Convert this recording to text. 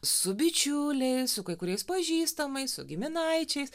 su bičiuliais su kai kuriais pažįstamais su giminaičiais